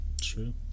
True